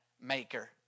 maker